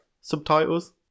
subtitles